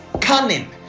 cunning